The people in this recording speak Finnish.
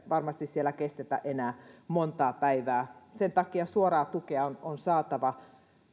varmasti siellä kestetä enää monta päivää sen takia suoraa tukea on on saatava